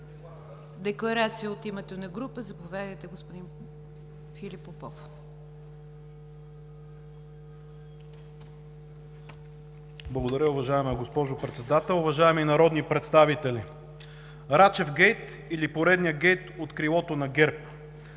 Декларация от името на група. Заповядайте, господин Попов.